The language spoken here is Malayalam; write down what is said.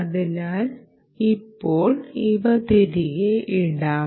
അതിനാൽ ഇപ്പോൾ ഇവ തിരികെ ഇടാം